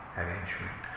arrangement